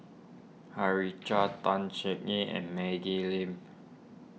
Harichandra Tan and Maggie Lim